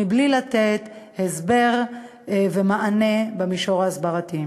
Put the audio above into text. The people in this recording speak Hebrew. בלי לתת הסבר ומענה במישור ההסברתי.